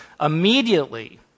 Immediately